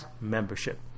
membership